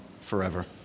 forever